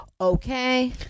Okay